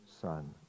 son